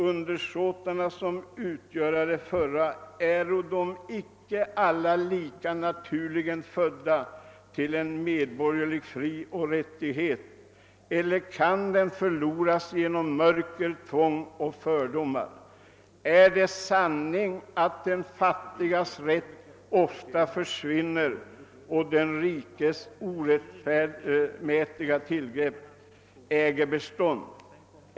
Undersåtarna, som utgöra det förra, äro de icke alla lika naturligen födda till en medborgerlig frioch rättighet, eller kan den förloras genom mörcker, tvång och fördomar? Är det sanning, at den fattigas rätt ofta försvinner och den rikas orättmätiga tillgrepp äger bestånd?